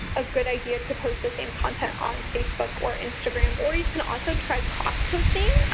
a good idea to post the same content on facebook or instagram. or you can also try cross posting,